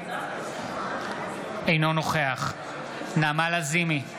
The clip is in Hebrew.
אינו נוכח נעמה לזימי,